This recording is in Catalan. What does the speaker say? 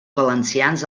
valencians